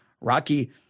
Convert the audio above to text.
Rocky